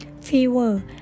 fever